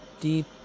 deep